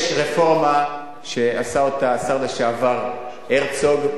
יש רפורמה שעשה השר לשעבר הרצוג.